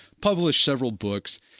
published several books,